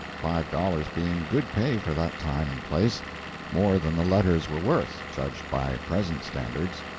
five dollars being good pay for that time and place more than the letters were worth, judged by present standards.